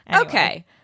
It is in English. okay